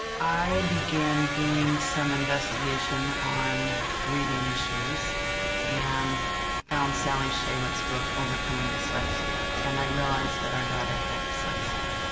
i began doing some investigation on reading issues and found sally shaywitz's book, overcoming dyslexia and i realized that our daughter had dyslexia,